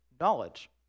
knowledge